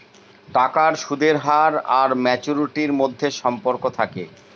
টাকার সুদের হার আর ম্যাচুরিটির মধ্যে সম্পর্ক থাকে